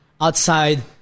outside